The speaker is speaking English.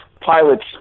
pilots